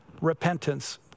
repentance